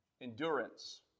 endurance